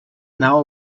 nau